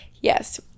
yes